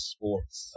Sports